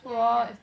yeah yeah